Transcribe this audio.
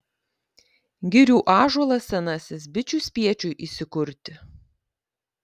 girių ąžuolas senasis bičių spiečiui įsikurti